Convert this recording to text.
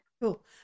Cool